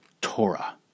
Torah